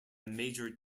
major